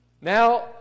Now